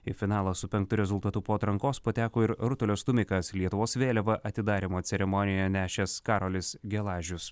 į finalą su penktu rezultatu po atrankos pateko ir rutulio stūmikas lietuvos vėliavą atidarymo ceremonijoje nešęs karolis gelažius